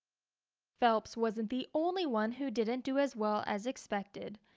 phelps wasn't the only one who didn't do as well as expected.